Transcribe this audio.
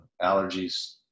allergies